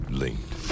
linked